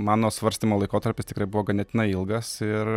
mano svarstymo laikotarpis tikrai buvo ganėtinai ilgas ir